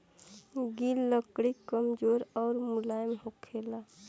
गिल लकड़ी कमजोर अउर मुलायम होखेला